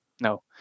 no